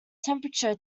temperature